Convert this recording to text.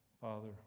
Father